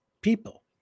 people